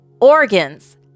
organs